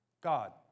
God